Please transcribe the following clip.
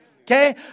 okay